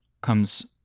comes